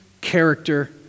character